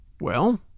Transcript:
Well